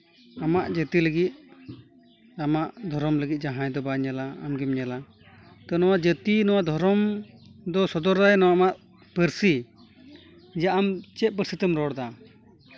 ᱟᱢᱟᱜ ᱡᱟᱹᱛᱤ ᱞᱟᱹᱜᱤᱫ ᱟᱢᱟᱜ ᱫᱷᱚᱨᱚᱢ ᱞᱟᱹᱜᱤᱫ ᱡᱟᱦᱟᱸᱭ ᱫᱚ ᱵᱟᱭ ᱧᱮᱞᱟ ᱟᱢᱜᱮᱢ ᱧᱮᱞᱟ ᱛᱳ ᱱᱚᱣᱟ ᱡᱟᱹᱛᱤ ᱱᱚᱣᱟ ᱫᱷᱚᱨᱚᱢ ᱫᱚ ᱥᱚᱫᱚᱨᱟᱭ ᱱᱚᱣᱟ ᱟᱢᱟᱜ ᱯᱟᱹᱨᱥᱤ ᱡᱮ ᱟᱢ ᱪᱮᱫ ᱯᱟᱹᱨᱥᱤ ᱛᱮᱢ ᱨᱚᱲᱫᱟ